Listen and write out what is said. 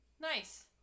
Nice